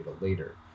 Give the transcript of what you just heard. later